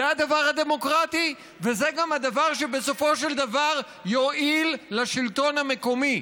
זה הדבר הדמוקרטי וזה גם הדבר שבסופו של דבר יועיל לשלטון המקומי.